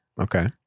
okay